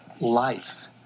Life